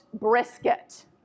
brisket